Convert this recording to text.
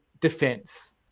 defense